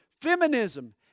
Feminism